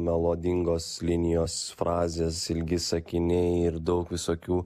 melodingos linijos frazės ilgi sakiniai ir daug visokių